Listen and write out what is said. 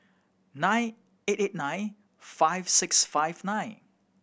nine eight eight nine five six five nine